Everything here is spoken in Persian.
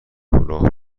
کلاه